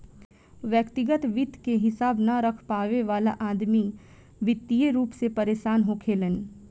व्यग्तिगत वित्त के हिसाब न रख पावे वाला अदमी वित्तीय रूप से परेसान होखेलेन